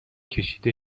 کشیده